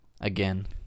Again